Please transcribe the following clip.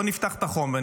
בואו נפתח את החומר,